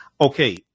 Okay